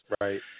Right